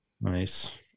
Nice